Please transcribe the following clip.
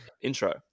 intro